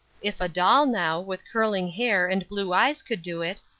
if a doll, now, with curling hair and blue eyes could do it,